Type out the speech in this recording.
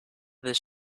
this